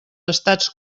estats